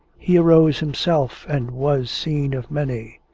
he arose himself, and was seen of many.